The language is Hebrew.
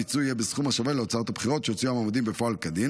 הפיצוי יהיה בסכום השווה להוצאות הבחירות שהוציאו המועמדים בפועל וכדין,